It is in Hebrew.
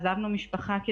עזבנו משפחה,